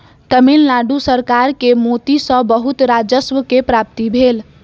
तमिल नाडु सरकार के मोती सॅ बहुत राजस्व के प्राप्ति भेल